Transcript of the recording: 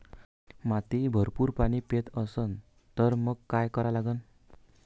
माती भरपूर पाणी पेत असन तर मंग काय करा लागन?